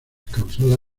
causada